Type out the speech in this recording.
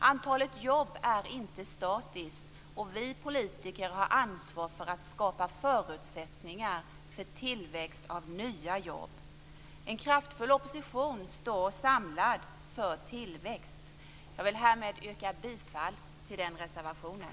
Antalet jobb är inte statiskt, och vi politiker har ansvar för att skapa förutsättningar för tillväxt av nya jobb. En kraftfull opposition står samlad för tillväxt. Jag vill härmed yrka bifall till den reservationen.